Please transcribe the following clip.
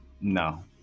No